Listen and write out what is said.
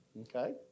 Okay